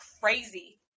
crazy